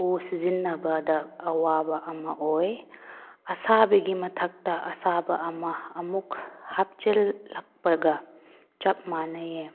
ꯎ ꯁꯤꯖꯤꯟꯅꯕꯗ ꯑꯋꯥꯕ ꯑꯃ ꯑꯣꯏ ꯑꯁꯥꯕꯒꯤ ꯃꯊꯛꯇ ꯑꯁꯥꯕ ꯑꯃ ꯑꯃꯨꯛ ꯍꯥꯞꯆꯤꯜꯂꯛꯄꯒ ꯆꯞ ꯃꯥꯟꯅꯩꯌꯦ